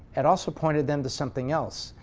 it also pointed them to something else.